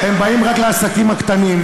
הם באים רק לעסקים הקטנים,